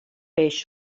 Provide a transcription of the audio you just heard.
peix